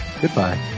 Goodbye